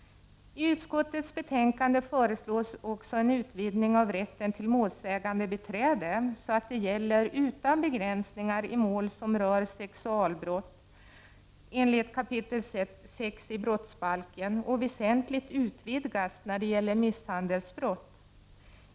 I utskottets betänkande föreslås också en utvidgning av rätten till målsägandebiträde, så att det gäller utan begränsningar i mål som rör sexualbrott, enligt 6. kap. i brottsbalken, och väsentligt utvidgat när det gäller misshandelsbrott.